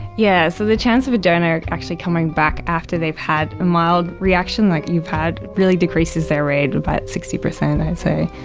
yeah so the chance of a donor actually coming back after they've had a mild reaction like you've had really decreases their rate by about sixty percent i'd say.